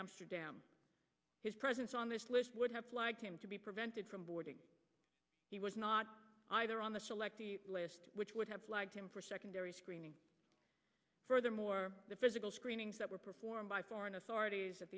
amsterdam his presence on this list would have liked him to be prevented from boarding he was not either on the selectee list which would have flagged him for secondary screening furthermore the physical screenings that were performed by foreign authorities at